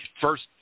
first